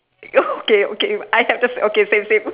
oh okay okay I have the okay same same